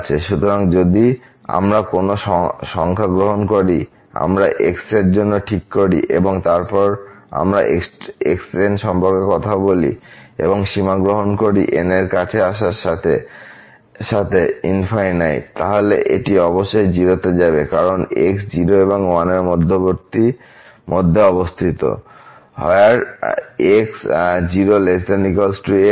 সুতরাং যদি আমরা কোন সংখ্যা গ্রহণ করি আমরা x এর জন্য ঠিক করি এবং তারপর আমরা xn সম্পর্কে কথা বলি এবংসীমা গ্রহণ করি n এর কাছে আসার সাথে সাথে তাহলে এটি অবশ্যই 0 তে যাবে কারণ x 0 এবং 1 এর মধ্যে অবস্থিত 0≤x 1 এর